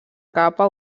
capa